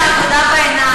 מפלגת העבודה בעיניים.